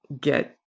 get